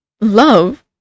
love